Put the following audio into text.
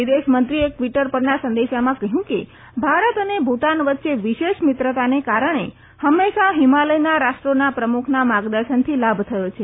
વિદેશ મંત્રીએ એક ટવીટર પરના સંદેશામાં કહયું કે ભારત અને ભૂટાન વચ્ચે વિશેષ મિત્રતાને કારણે હંમેશા હિમાલયના રાષ્ટ્રોના પ્રમુખના માર્ગદર્શનથી લાભ થયો છે